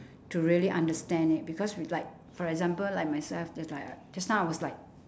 to really understand it because we like for example like myself just like uh just now I was like